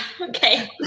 okay